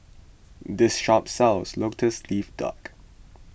this shop sells Lotus Leaf Duck